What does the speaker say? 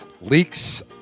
leaks